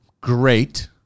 great